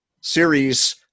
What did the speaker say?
series